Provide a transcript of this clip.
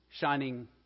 shining